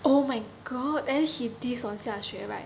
oh my god and then he teased on xiaxue right